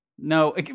No